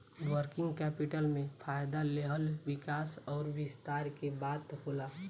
working capital में फ़ायदा लेहल विकास अउर विस्तार के बात होला